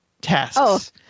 tasks